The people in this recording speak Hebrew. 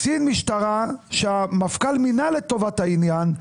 קצין משטרה שהמפכ"ל מינה לטובת העניין,